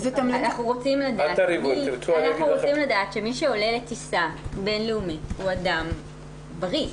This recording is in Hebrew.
אנחנו רוצים לדעת שמי שעולה לטיסה בין-לאומית הוא אדם בריא.